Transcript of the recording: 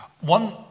One